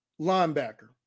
linebacker